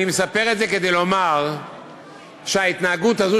אני מספר את זה כדי לומר שההתנהגות הזאת